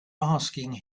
asking